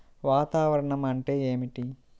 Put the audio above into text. వాతావరణం అంటే ఏమిటి?